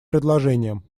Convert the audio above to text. предложением